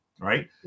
right